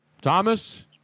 Thomas